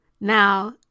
Now